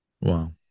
wow